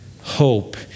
hope